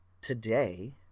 today